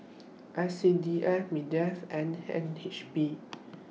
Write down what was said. S C D F Mindef and N H B